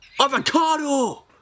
avocado